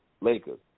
Lakers